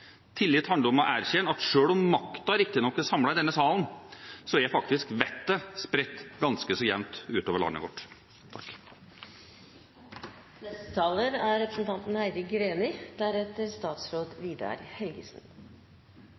tillit til de samme fellesskapene. Tillit handler om å erkjenne at selv om makten riktignok er samlet i denne salen, er faktisk vettet spredt ganske så jevnt ut over landet vårt.